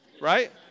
right